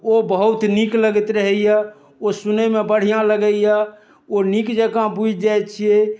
ओ बहुत नीक लगैत रहैय ओ सुनैमे बढ़िआँ लगैय ओ नीक जकाँ बुझि जाइ छियै